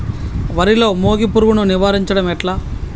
వరిలో మోగి పురుగును నివారించడం ఎట్లా?